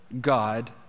God